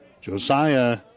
Josiah